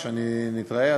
כשנתראה,